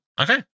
Okay